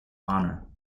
honor